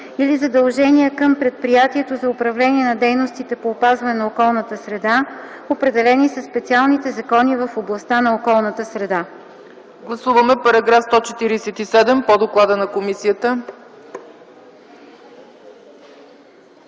или задължения към предприятието за управление на дейностите по опазване на околната среда, определени със специалните закони в областта на околната среда.” ПРЕДСЕДАТЕЛ ЦЕЦКА ЦАЧЕВА: Гласуваме § 147 по доклада на комисията.